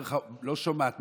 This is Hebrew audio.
לא שומעת,